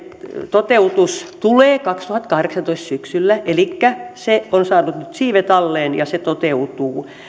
toteutuu vihdoin kaksituhattakahdeksantoista syksyllä elikkä se on saanut nyt siivet alleen ja se toteutuu